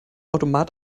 automat